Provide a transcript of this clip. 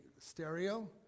stereo